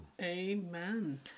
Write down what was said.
Amen